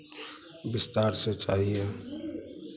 विस्तार से चाहिए